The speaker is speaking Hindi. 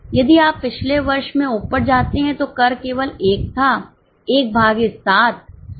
यदि आप पिछले वर्ष में ऊपर जाते हैं तो कर केवल 1 था 1 भागे 7 तो यह 041 है